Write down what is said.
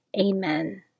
Amen